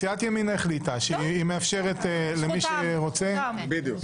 סיעת ימינה החליטה שהיא מאפשרת למי שרוצה --- זכותם,